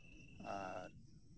ᱟᱨ